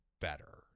better